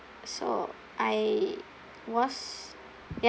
so I was ya